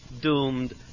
doomed